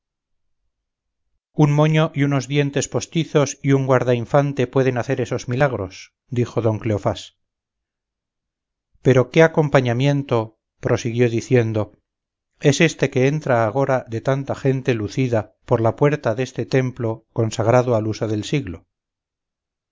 un moño y unos dientes postizos y un guardainfante pueden hacer esos milagros dijo don cleofás pero qué acompañamiento prosiguió diciendo es este que entra agora de tanta gente lucida por la puerta deste templo consagrado al uso del siglo